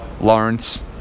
Lawrence